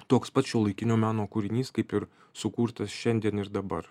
toks pats šiuolaikinio meno kūrinys kaip ir sukurtas šiandien ir dabar